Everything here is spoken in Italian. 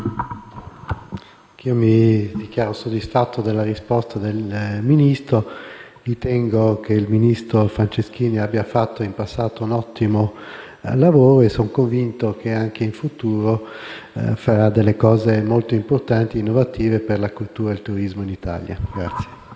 io mi dichiaro soddisfatto della risposta del Ministro. Ritengo che il ministro Franceschini abbia fatto in passato un ottimo lavoro e sono convinto che anche in futuro farà delle cose molto importanti e innovative per la cultura e il turismo in Italia.